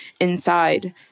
inside